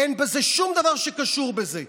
אין בזה שום דבר שקשור בזה,